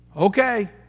okay